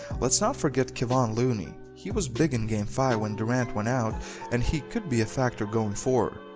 let's not forget kevon looney. he was big in game five when durant went out and he could be a factor going forward.